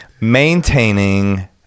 Maintaining